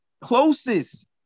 closest